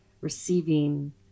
receiving